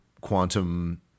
quantum